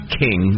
king